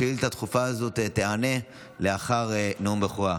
השאילתה הדחופה הזאת תיענה לאחר נאום הבכורה.